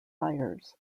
sires